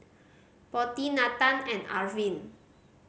Potti Nathan and Arvind